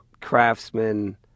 craftsman